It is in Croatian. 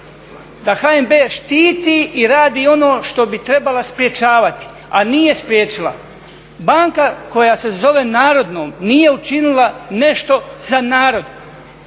da HNB štiti i radi ono što bi trebala sprječavati a nije spriječila. Banka koja se zove narodnom nije učinila nešto za narod,